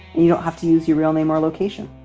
you don't have to use your real name or location.